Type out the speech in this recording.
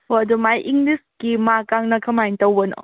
ꯍꯣ ꯑꯗꯨ ꯃꯥꯒꯤ ꯏꯪꯂꯤꯁꯀꯤ ꯃꯥꯔꯛꯅ ꯀꯃꯥꯏꯅ ꯇꯧꯕꯅꯣ